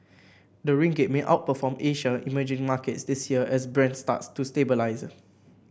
the ringgit may outperform Asia emerging markets this year as Brent starts to stabilise